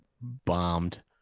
bombed